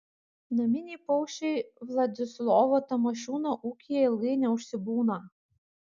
naminiai paukščiai vladislovo tamošiūno ūkyje ilgai neužsibūna